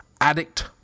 Addict